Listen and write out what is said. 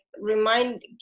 remind